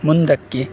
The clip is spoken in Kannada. ಮುಂದಕ್ಕೆ